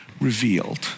revealed